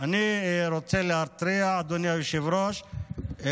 אני רוצה להתריע, אדוני היושב-ראש, תודה רבה.